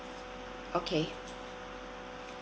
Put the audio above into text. okay